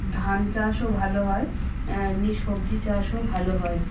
ধান চাষও ভালো হয় এমনি সবজি চাষও ভালো হয়